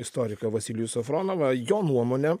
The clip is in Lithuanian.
istoriką vasilijų safronovą jo nuomone